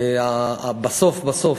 בסוף בסוף,